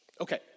Okay